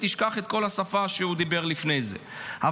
וישכח את כל השפה שהוא דיבר לפני כן.